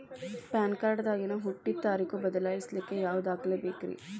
PAN card ದಾಗಿನ ಹುಟ್ಟಿದ ತಾರೇಖು ಬದಲಿಸಾಕ್ ಯಾವ ದಾಖಲೆ ಬೇಕ್ರಿ?